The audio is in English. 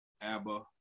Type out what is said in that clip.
Abba